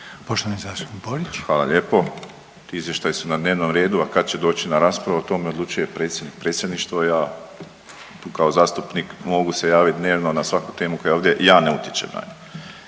**Borić, Josip (HDZ)** Hvala lijepo. Izvještaji su na dnevnom redu, a kad će doći na raspravu o tome odlučuje Predsjedništvo. Ja kao zastupnik mogu se javiti dnevno na svaku temu koja je ovdje, ja ne utječem na nju.